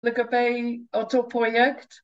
לגבי אותו פרויקט.